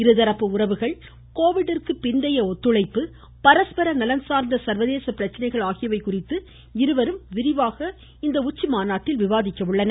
இருதரப்பு உறவுகள் கோவிட்டிற்கு பிந்தய ஒத்துழைப்பு பரஸ்பர நலன் சார்ந்த சர்வதேச பிரச்சனைகள் ஆகியவை குறித்து இருவரும் விரிவாக விவாதிக்கின்றனர்